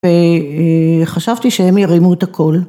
‫וחשבתי שהם ירימו את הכול.